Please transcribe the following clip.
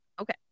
Okay